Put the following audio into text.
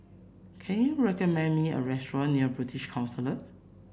can you recommend me a restaurant near British Council